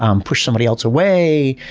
um push somebody else away,